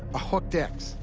a hooked x,